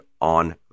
on